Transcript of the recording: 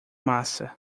massa